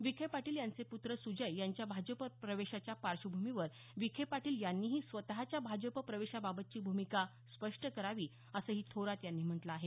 विखे पाटील यांचे पूत्र सुजय यांच्या भाजप प्रवेशाच्या पार्श्वभूमीवर विखे पाटील यांनीही स्वतच्या भाजप प्रवेशाबाबतची भूमिका स्पष्ट करावी असंही थोरात यांनी म्हटलं आहे